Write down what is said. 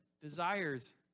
desires